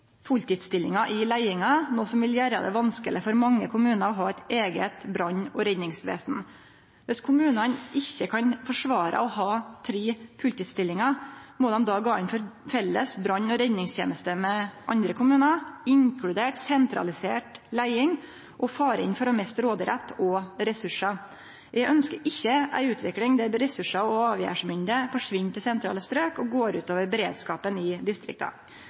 fulltidsstillingar i leiinga, noko som vil gjere det vanskeleg for mange kommunar å ha eit eige brann- og redningsvesen. Viss kommunane ikkje kan forsvare å ha tre fulltidsstillingar, må dei då gå inn for felles brann- og redningsteneste med andre kommunar, inkludert sentralisert leiing og faren for å miste råderett og ressursar. Eg ønskjer ikkje ei utvikling der ressursar og avgjerdsmynde forsvinn til sentrale strøk og går ut over beredskapen i distrikta.